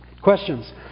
Questions